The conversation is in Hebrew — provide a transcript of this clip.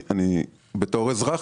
בתור אזרח,